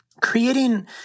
creating